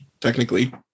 technically